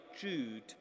Jude